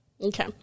Okay